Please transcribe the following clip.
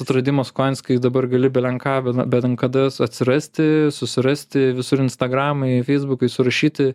atradimo skonis kai dabar gali belen ką belen kada atsirasti susirasti visur instagramai feisbukai surašyti